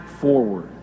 forward